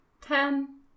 ten